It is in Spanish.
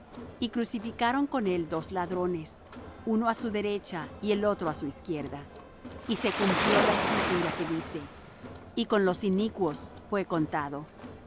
y crucificaron con él dos ladrones uno á su derecha y el otro á su izquierda y se cumplió la escritura que dice y con los inicuos fué contado